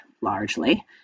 largely